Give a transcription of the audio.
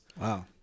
wow